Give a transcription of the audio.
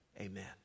amen